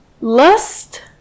lust